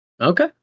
Okay